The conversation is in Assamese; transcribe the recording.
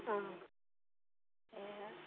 অঁ এই